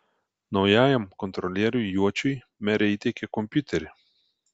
naujajam kontrolieriui juočiui merė įteikė kompiuterį